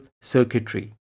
circuitry